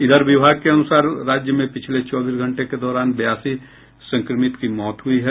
इधर विभाग के अनुसार राज्य में पिछले चौबीस घंटे के दौरान बयासी संक्रमित की मौत हुई है